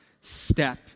step